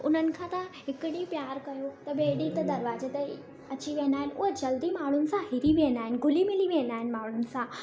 उन्हनि खां तव्हां हिकु ॾींहुं प्यारु कयो त ॿिए ॾींहं ते दरवाज़े ते ई अची वेंदा आहिनि उहे जल्दी माण्हुनि सां हिरी वेंदा आहिनि घुली मिली वेंदा आहिनि माण्हुनि सां